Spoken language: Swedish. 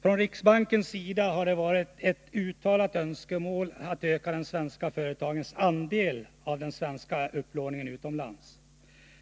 Från riksbankens sida har det varit ett uttalat önskemål att öka de svenska företagens andel av den svenska upplåningen utomlands.